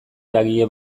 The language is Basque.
eragile